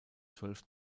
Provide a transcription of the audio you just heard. zwölf